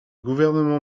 gouvernement